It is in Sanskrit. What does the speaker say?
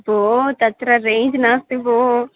भोः तत्र रेञ्ज् नास्ति भोः